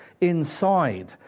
inside